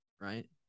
right